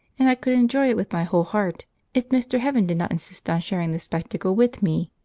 and i could enjoy it with my whole heart if mr. heaven did not insist on sharing the spectacle with me.